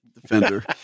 defender